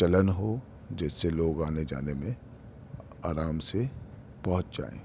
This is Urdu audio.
چلن ہو جس سے لوگ آنے جانے میں آرام سے پہنچ جائیں